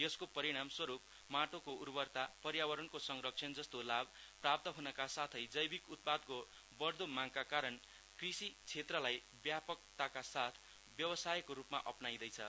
यसको परिणाम स्वरूप माटोको उर्वरता पर्यावरणको संरक्षण जस्तो लाभ प्राप्त हनका साथै जैविक उत्पादको बढ़दो मागका कारण कृषि क्षेत्रलाई व्यापकताका साथ व्यवसायको रूपमा अप्नाईदै छ